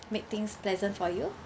make things pleasant for you